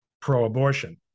pro-abortion